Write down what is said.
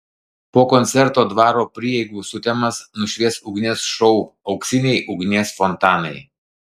po koncerto dvaro prieigų sutemas nušvies ugnies šou auksiniai ugnies fontanai